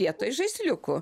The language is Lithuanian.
vietoj žaisliukų